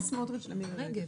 רגב.